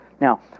now